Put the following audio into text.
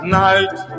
night